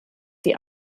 die